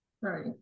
Right